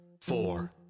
four